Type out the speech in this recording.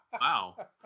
Wow